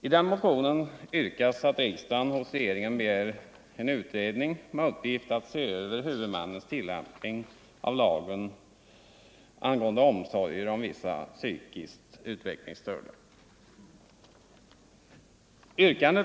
I den motionen yrkas att riksdagen hos regeringen begär en utredning med uppgift att se över huvudmännens tillämpning av lagen angående omsorger om vissa psykiskt utvecklingsstörda.